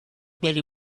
better